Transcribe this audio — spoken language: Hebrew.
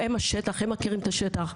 הם השטח, הם מכירים את השטח.